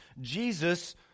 Jesus